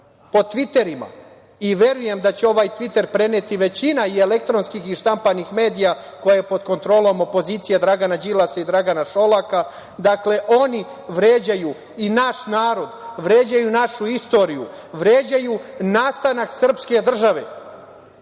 po tviterima i verujem da će ovaj „tviter“ preneti većina i elektronskih i štampanih medija koja je pod kontrolom opozicije Dragana Đilasa i Dragana Šolaka, dakle, oni vređaju i naš narod, vređaju našu istoriju, vređaju nastanak srpske države.